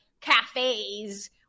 Cafes